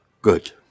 good